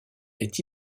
est